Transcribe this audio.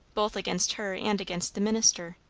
both against her and against the minister.